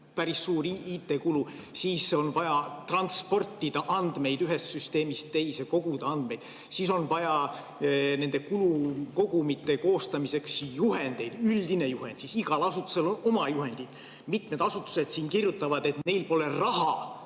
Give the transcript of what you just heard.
päris suur IT-kulu. Siis on vaja transportida andmeid ühest süsteemist teise, koguda andmeid. Siis on vaja nende kulukogumite koostamiseks juhendeid, üldist juhendit, siis igal asutusel on oma juhendid. Mitmed asutused siin kirjutavad, et neil pole raha